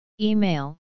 Email